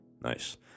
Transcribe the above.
Nice